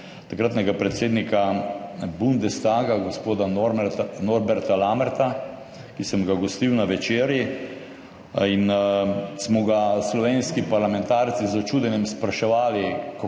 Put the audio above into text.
takratnega predsednika Bundestaga gospoda Norberta Lammerta, ki sem ga gostil na večerji in smo ga slovenski parlamentarci z začudenjem spraševali,